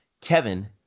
Kevin